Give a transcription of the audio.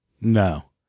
No